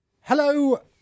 Hello